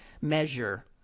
measure